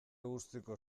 guztiko